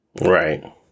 Right